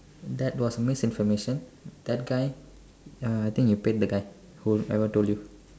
that was misinformation that guy uh I think you paid the guy whoever told you